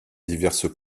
diverses